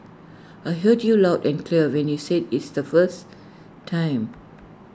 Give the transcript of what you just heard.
I heard you loud and clear when you said is the first time